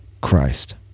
Christ